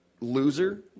loser